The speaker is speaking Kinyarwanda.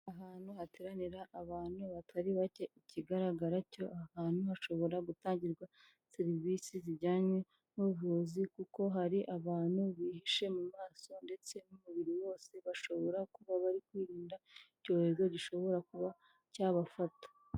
Ahantu hateranira abantu batari bake, ikigaragara cyo ahantu hashobora gutangirwa serivisi zijyanye n'ubuvuzi kuko hari abantu bihishe mu maso ndetse n'umubiri wose, bashobora kuba bari kwirinda icyorezo gishobora kuba cyabafata.